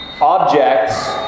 objects